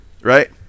right